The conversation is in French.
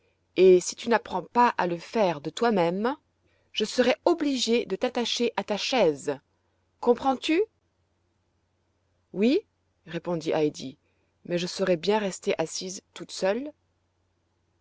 et si tu n'apprend pas à le faire de toi-même je serai obligée de t'attacher à ta chaise comprends-tu oui répondit heidi mais je saurai bien rester assise toute seule